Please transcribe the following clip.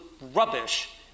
rubbish